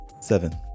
Seven